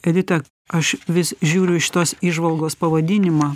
edita aš vis žiūriu į šitos įžvalgos pavadinimą